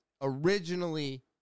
originally